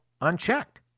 unchecked